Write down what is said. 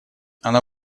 она